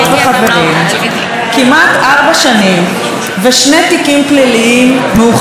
כמעט ארבע שנים ושני תיקים פליליים מאוחר יותר,